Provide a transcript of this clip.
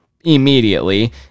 immediately